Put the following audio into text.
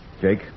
Jake